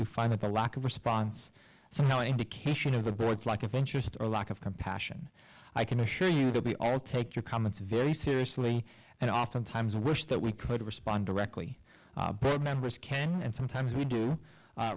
who find that their lack of response so no indication of the boys like of interest or lack of compassion i can assure you that we all take your comments very seriously and oftentimes wish that we could respond directly to members can and sometimes we do